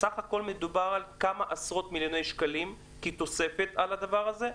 בסך הכול מדובר בתוספת של כמה עשרות מיליוני שקלים כתוספת על הדבר הזה.